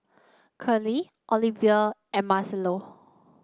Curley Olevia and Marcelo